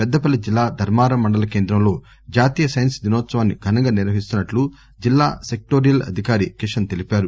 పెద్దపల్లి జిల్లా దర్మారం మండల కేంద్రంలో జాతీయ సైన్స్ దినోత్సవాన్ని ఘనంగా నిర్వహిస్తున్నట్లు జిల్లా సెక్టొరియల్ అదికారి కిషన్ తెలిపారు